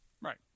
Right